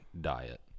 diet